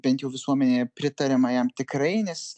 bent jau visuomenėje pritariama jam tikrai nes